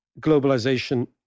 globalization